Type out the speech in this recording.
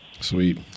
Sweet